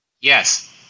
Yes